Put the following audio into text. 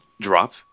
drop